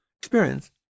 experience